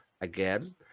again